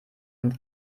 und